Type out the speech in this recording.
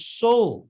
soul